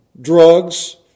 drugs